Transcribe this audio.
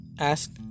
ask